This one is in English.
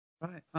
Right